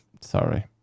Sorry